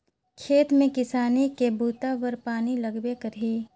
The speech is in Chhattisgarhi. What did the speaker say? खेत में किसानी के बूता बर पानी लगबे करही